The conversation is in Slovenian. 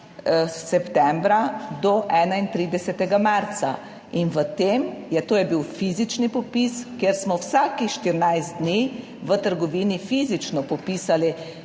1. septembra do 31. marca. To je bil fizični popis, kjer smo vsakih 14 dni v trgovini fizično popisali